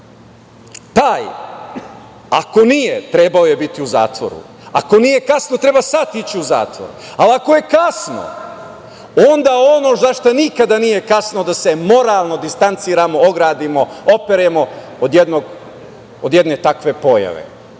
ako nije, trebao je biti u zatvoru. Ako nije kasno, treba sad ići u zatvor, ako je kasno, onda ono za šta nikada nije kasno - da se moralno distanciramo, ogradimo, operemo od jedne takve pojave.